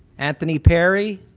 anthony perry